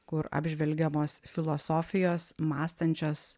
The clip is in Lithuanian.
kur apžvelgiamos filosofijos mąstančios